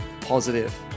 positive